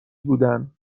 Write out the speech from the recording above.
بودن